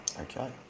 Okay